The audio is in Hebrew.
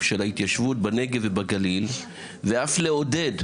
של ההתיישבות בנגב ובגליל ואף לעודד,